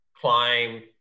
climb